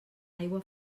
aigua